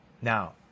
Now